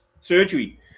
surgery